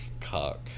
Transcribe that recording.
cock